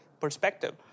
perspective